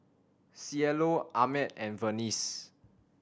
Cielo Ahmed and Vernice